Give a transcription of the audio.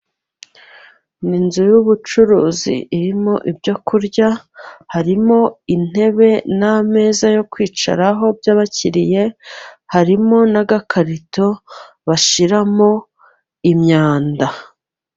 Ni inzu y'ubucuruzi irimo ibyokurya harimo intebe n'ameza yo kwicaraho by'abakiriya harimo n'agakarito bashiramo imyanda.